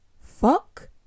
Fuck